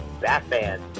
Batman